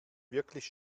wirklich